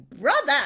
brother